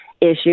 issue